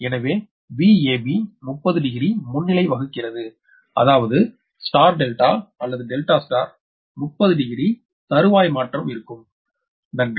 எனவே VAB வப்பை 30 degree முன்னிலை வகிக்கிறது அதாவது நட்சத்திர டெல்டா அல்லது டெல்டா ஸ்டார் 30 டிகிரி கட்ட மாற்றம் இருக்கும் நன்றி